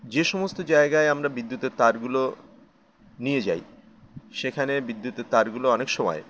যে সমস্ত জায়গায় আমরা বিদ্যুতের তারগুলো নিয়ে যাই সেখানে বিদ্যুতের তারগুলো অনেক সময়